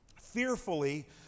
Fearfully